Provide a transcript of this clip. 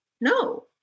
No